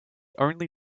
only